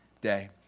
day